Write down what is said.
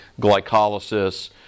glycolysis